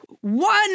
One